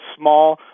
small